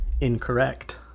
incorrect